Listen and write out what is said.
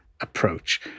approach